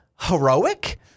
heroic